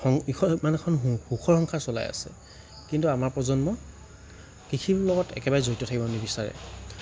ইখ মানে এখন সুখৰ সংসাৰ চলাই আছে কিন্তু আমাৰ প্ৰজন্ম কৃষিৰ লগত একেবাৰে জড়িত হৈ থাকিব নিবিচাৰে